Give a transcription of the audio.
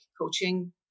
coaching